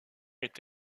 est